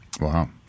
Wow